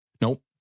Nope